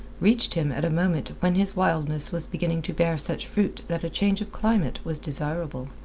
reached him at a moment when his wildness was beginning to bear such fruit that a change of climate was desirable.